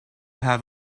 have